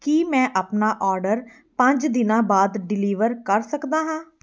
ਕੀ ਮੈਂ ਆਪਣਾ ਆਰਡਰ ਪੰਜ ਦਿਨਾਂ ਬਾਅਦ ਡਿਲੀਵਰ ਕਰ ਸਕਦਾ ਹਾਂ